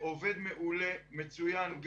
הוא עובד מעולה, מצוין.